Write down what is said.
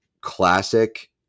Classic